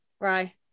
Right